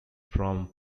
from